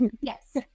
Yes